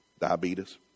Diabetes